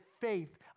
faith